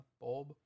Bulb